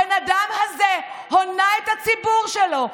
הבן אדם הזה הונה את הציבור שלו,